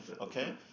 Okay